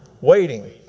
waiting